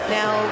now